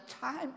time